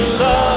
love